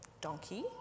donkey